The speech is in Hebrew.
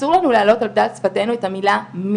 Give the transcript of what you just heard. אסור לנו להעלות על בדל שפתינו את המילה "מין",